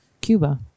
Cuba